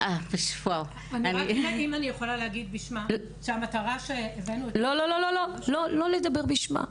אם אני יכולה להגיד בשמה --- לא לא לדבר בשמה.